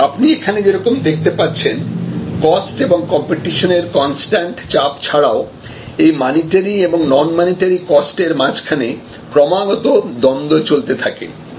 সুতরাং আপনি এখানে যেরকম দেখতে পাচ্ছেন কস্ট এবং কম্পিটিশনের কনস্ট্যান্ট চাপ ছাড়াও এই মানিটারি এবং নন মানিটারি কস্ট এর মাঝখানে ক্রমাগত দ্বন্দ্ব চলতে থাকে